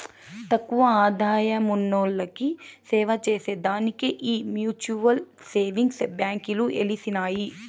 తక్కువ ఆదాయమున్నోల్లకి సేవచేసే దానికే ఈ మ్యూచువల్ సేవింగ్స్ బాంకీలు ఎలిసినాయి